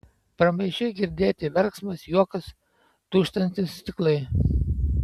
pramaišiui girdėti verksmas juokas dūžtantys stiklai